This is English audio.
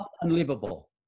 unlivable